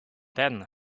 then